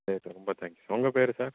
சரி சார் ரொம்ப தேங்க்ஸ் உங்கள் பேரு சார்